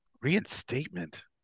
reinstatement